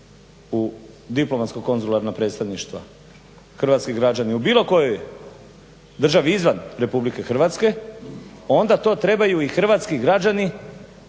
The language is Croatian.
u diplomatsko-konzularna predstavništva. Hrvatski građani u bilo kojoj državi izvan RH onda to trebaju i hrvatski građani